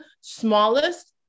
smallest